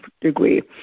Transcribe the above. degree